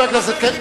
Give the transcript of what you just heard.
למה,